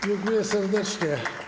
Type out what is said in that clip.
Dziękuję serdecznie.